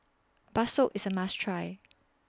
Bakso IS A must Try